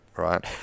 Right